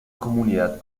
comunidad